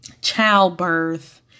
childbirth